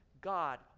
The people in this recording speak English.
God